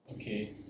Okay